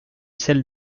sel